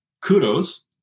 kudos